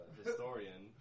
historian